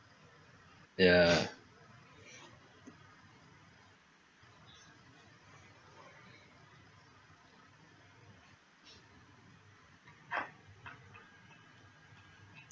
ya